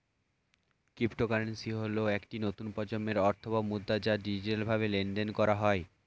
cryptocurrency হল একটি নতুন প্রজন্মের অর্থ বা মুদ্রা যা ডিজিটালভাবে লেনদেন করা হয়